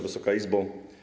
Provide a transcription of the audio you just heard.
Wysoka Izbo!